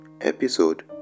episode